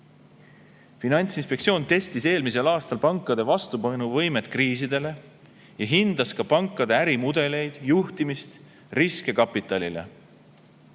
Finantsinspektsioon testis eelmisel aastal pankade vastupanuvõimet kriiside suhtes ja hindas ka pankade ärimudeleid, juhtimist ja riske kapitalile.